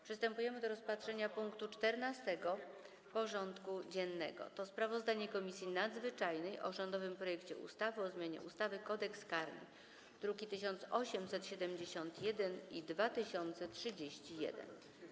Przystępujemy do rozpatrzenia punktu 14. porządku dziennego: Sprawozdanie Komisji Nadzwyczajnej o rządowym projekcie ustawy o zmianie ustawy Kodeks karny (druki nr 1871 i 2031)